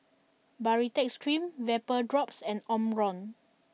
Baritex Cream VapoDrops and Omron